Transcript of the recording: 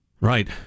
Right